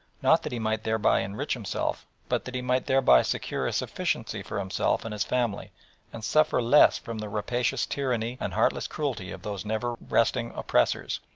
not that he might thereby enrich himself, but that he might thereby secure a sufficiency for himself and his family and suffer less from the rapacious tyranny and heartless cruelty of those never-resting oppressors,